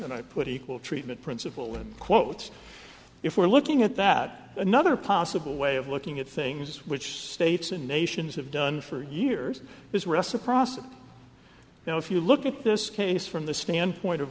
and i put equal treatment principle in quotes if we're looking at that another possible way of looking at things which states and nations have done for years is reciprocity now if you look at this case from the standpoint of